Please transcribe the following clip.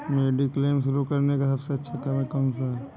Mediclaim शुरू करने का सबसे अच्छा समय कौनसा है?